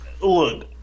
Look